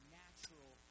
natural